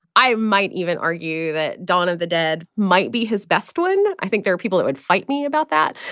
i might even argue that dawn of the dead might be his best one. i think there are people who would fight me about that.